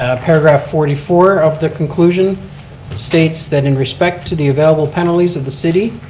ah paragraph forty four of the conclusion states that in respect to the available penalties of the city,